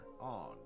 on